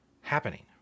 happening